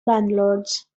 landlords